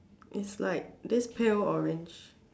is like this pale orange